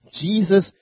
Jesus